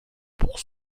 pour